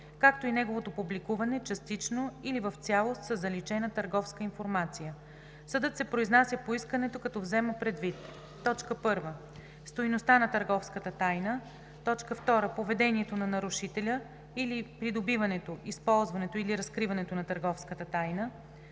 както и неговото публикуване частично или в цялост със заличена търговска информация. Съдът се произнася по искането, като взема предвид: 1. стойността на търговската тайна; 2. поведението на нарушителя при придобиването, използването или разкриването на търговската тайна;